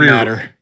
matter